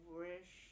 wish